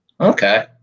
Okay